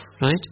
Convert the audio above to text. right